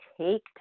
take